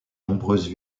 nombreuses